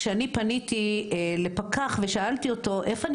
כשאני פניתי לפקח ושאלתי אותו: איפה אני